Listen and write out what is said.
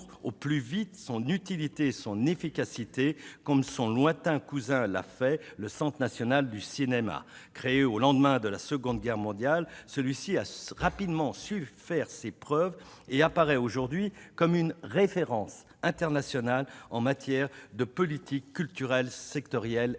au plus vite son utilité et son efficacité, comme l'a fait son lointain cousin, le Centre national du cinéma. Créé au lendemain de la Seconde Guerre mondiale, ce dernier a su rapidement faire ses preuves ; il apparaît aujourd'hui comme une référence internationale en matière de politique culturelle sectorielle efficiente.